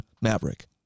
Maverick